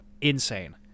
insane